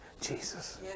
Jesus